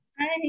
Hi